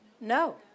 No